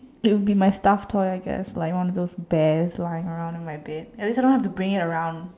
it would be my stuff toy I guess like one of those bears lying around in my bed at least I don't have to bring it around